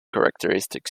characteristic